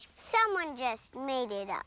someone just made it up.